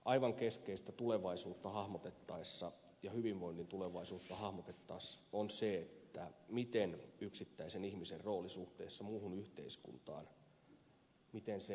aivan keskeistä tulevaisuutta hahmotettaessa ja hyvinvoinnin tulevaisuutta hahmotettaessa on se miten yksittäisen ihmisen rooli suhteessa muuhun yhteiskuntaan toteutuu